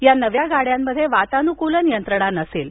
या नव्या गाड्यांमध्ये वातानुकूलन यंत्रणा नसेल